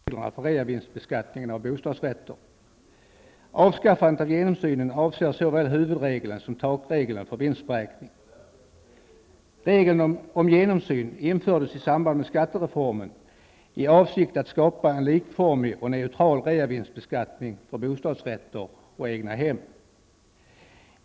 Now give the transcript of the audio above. Herr talman! I det här aktuella betänkandet tillstyrker utskottsmajoriteten en proposition om slopande av den s.k. genomsynen i reglerna för reavinstbeskattning av bostadsrätter. Avskaffandet av genomsynen avser såväl huvudregeln som takregeln för vinstberäkning. Regeln om genomsyn infördes i samband med skattereformen i avsikt att skapa en likformig och neutral reavinstbeskattning för bostadsrätter och egnahem.